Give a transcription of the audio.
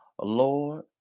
Lord